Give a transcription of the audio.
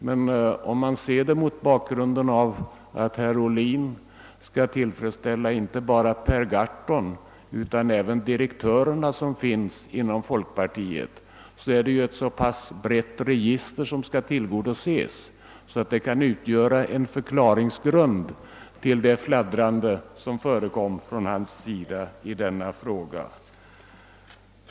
Men herr Ohlin skall ju tillfredsställa inte bara Per Garthon utan även de direktörer som finns inom folkpartiet, och det är ett så pass brett register, att det kan utgöra en förklaringsgrund till det fladdrande som präglade hans argumentering i denna fråga.